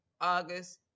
August